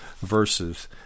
verses